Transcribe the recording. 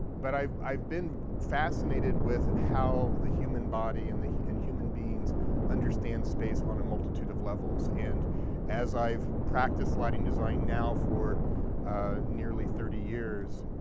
but i've i've been fascinated with how the human body and and human beings understand space on a multitude of levels. and as i've practiced lighting design now for nearly thirty years,